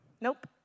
nope